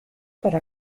para